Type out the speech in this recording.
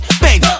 bang